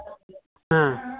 ಹಾಂ